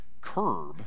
curb